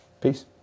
Peace